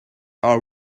are